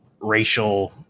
racial